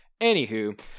Anywho